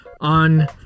On